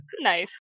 Nice